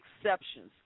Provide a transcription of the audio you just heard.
exceptions